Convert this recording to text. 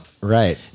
right